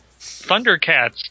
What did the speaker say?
Thundercats